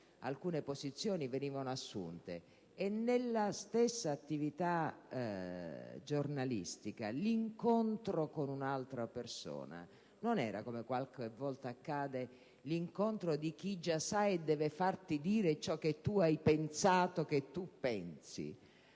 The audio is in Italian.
alcune posizioni venivano assunte e, nella stessa attività giornalistica, l'incontro con un'altra persona non era, come qualche volta accade, l'incontro di chi già sa e deve farti dire ciò che tu hai pensato che pensi,